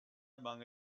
among